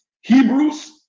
Hebrews